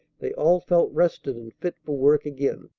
they all felt rested and fit for work again.